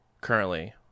Currently